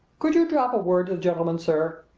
could you drop a word to the gentleman, sir?